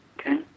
okay